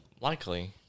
likely